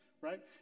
right